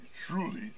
truly